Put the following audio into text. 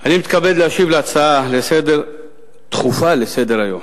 אני מתכבד להשיב על הצעה דחופה לסדר-היום